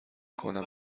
کنم